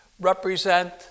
represent